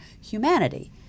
humanity